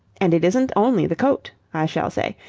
and it isn't only the coat i shall say.